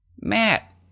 Matt